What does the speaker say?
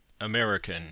American